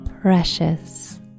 precious